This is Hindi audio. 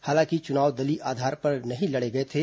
हालांकि चुनाव दलीय आधार पर नहीं लड़े गए थे